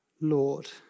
Lord